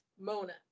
Mona